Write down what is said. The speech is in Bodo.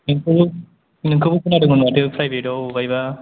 नोंखौ नोंखौबो खोनादोंमोन माथो प्राइभेटआव अबेहायबा